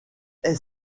est